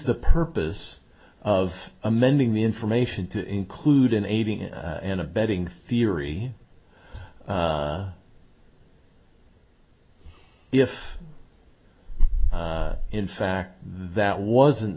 the purpose of amending the information to include an aiding and abetting theory if in fact that wasn't